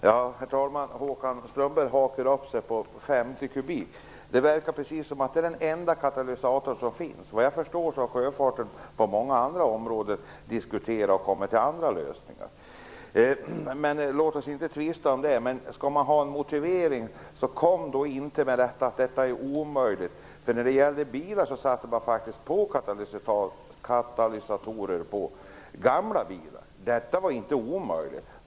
Herr talman! Håkan Strömberg hakar upp sig på 50 kubikmeter. Det verkar som om det är den enda katalysator som finns. Såvitt jag förstår har sjöfarten på många andra områden diskuterat och kommit fram till andra lösningar. Låt oss inte tvista om det. Men om man skall ha en motivering, kom då inte och säg att detta är omöjligt! Man satte in katalysatorer på gamla bilar - detta var inte omöjligt.